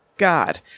god